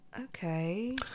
Okay